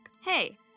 Hey